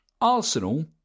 Arsenal